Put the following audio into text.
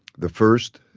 the first,